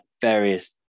various